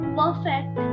perfect